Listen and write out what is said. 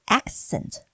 accent